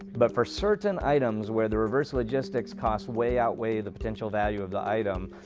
but for certain items where the reverse logistics costs way outweigh the potential value of the item,